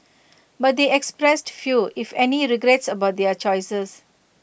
but they expressed few if any regrets about their choices